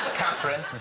katherine,